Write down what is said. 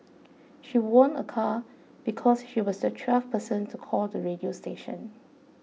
she won a car because she was the twelfth person to call the radio station